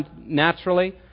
naturally